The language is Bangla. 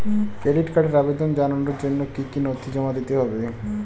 ক্রেডিট কার্ডের আবেদন জানানোর জন্য কী কী নথি জমা দিতে হবে?